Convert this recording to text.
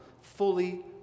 fully